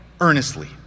earnestly